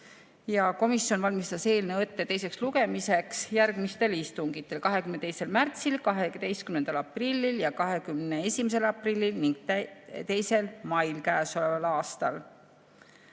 Komisjon valmistas eelnõu ette teiseks lugemiseks järgmistel istungitel: 22. märtsil, 12. aprillil ja 21. aprillil ning 2. mail käesoleval aastal.